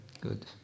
Good